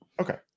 Okay